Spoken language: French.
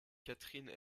catherine